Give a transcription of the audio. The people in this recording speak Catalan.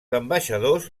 ambaixadors